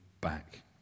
back